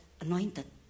anointed